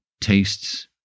tastes